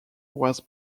was